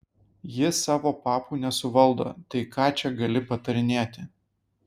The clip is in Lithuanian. ji savo papų nesuvaldo tai ką čia gali patarinėti